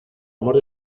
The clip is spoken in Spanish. amor